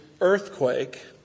earthquake